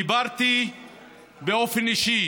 דיברתי באופן אישי